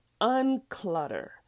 unclutter